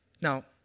Now